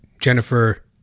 Jennifer